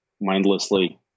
mindlessly